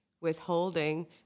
withholding